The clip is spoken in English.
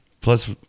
Plus